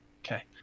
Okay